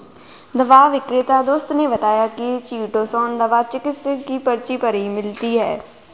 दवा विक्रेता दोस्त ने बताया की चीटोसोंन दवा चिकित्सक की पर्ची पर ही मिलती है